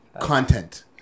content